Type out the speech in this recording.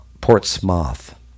Portsmouth